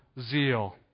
zeal